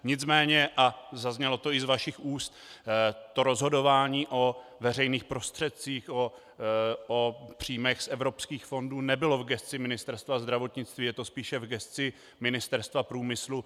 Nicméně, a zaznělo to i z vašich úst, rozhodování o veřejných prostředcích, o příjmech z evropských fondů nebylo v gesci Ministerstva zdravotnictví, je to spíše v gesci Ministerstva průmyslu.